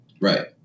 Right